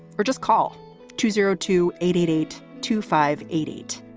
or just call two zero two eight eight eight two five eight eight.